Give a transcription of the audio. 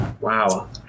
wow